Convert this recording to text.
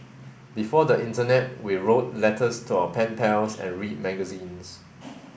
before the internet we wrote letters to our pen pals and read magazines